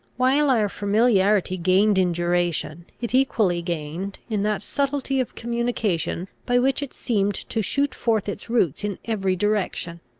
while our familiarity gained in duration, it equally gained in that subtlety of communication by which it seemed to shoot forth its roots in every direction.